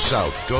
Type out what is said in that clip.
South